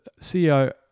CEO